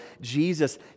Jesus